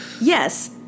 Yes